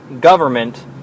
government